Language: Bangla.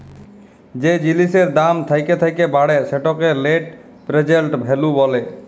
যে জিলিসের দাম থ্যাকে থ্যাকে বাড়ে সেটকে লেট্ পেরজেল্ট ভ্যালু ব্যলে